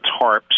tarps